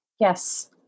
Yes